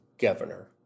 governor